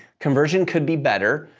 conversion could be better,